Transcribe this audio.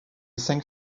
cinq